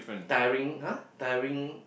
tiring !huh! tiring